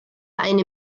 eine